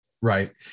right